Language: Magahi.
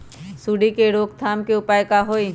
सूंडी के रोक थाम के उपाय का होई?